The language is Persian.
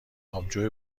آبجو